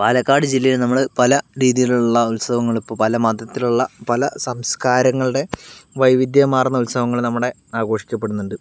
പാലക്കാട് ജില്ലയിൽ നമ്മൾ പല രീതിയിലുള്ള ഉത്സവങ്ങൾ ഇപ്പോൾ പല മതത്തിലുള്ള പല സംസ്കാരങ്ങളുടെ വൈവിധ്യമാർന്ന ഉത്സവങ്ങൾ നമ്മുടെ ആഘോഷിക്കപ്പെടുന്നുണ്ട്